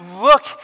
look